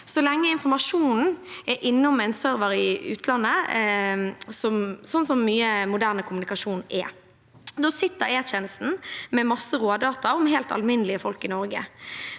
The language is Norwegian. så lenge informasjonen er innom en server i utlandet, slik som mye moderne kommunikasjon er. Nå sitter Etjenesten med masse rådata om helt alminnelige folk i Norge,